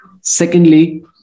secondly